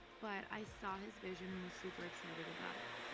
but i saw his vision and was super excited about it.